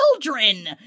children